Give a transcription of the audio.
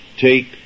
Take